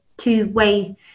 two-way